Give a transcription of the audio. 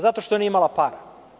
Zato što nije imala para.